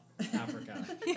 Africa